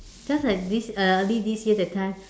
just like this uh early this year that time